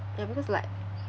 ya because like